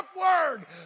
upward